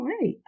right